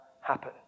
happen